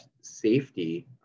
safety